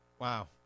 Wow